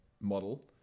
model